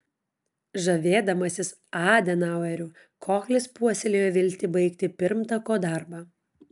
žavėdamasis adenaueriu kohlis puoselėjo viltį baigti pirmtako darbą